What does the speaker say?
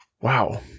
wow